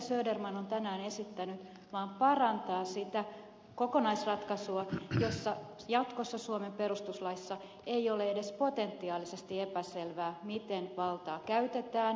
söderman on tänään esittänyt vaan parantaa sitä kokonaisratkaisua jossa jatkossa suomen perustuslaissa ei ole edes potentiaalisesti epäselvää miten valtaa käytetään